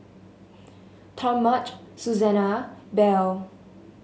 Talmadge Susanna Belle